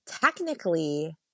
technically